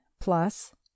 plus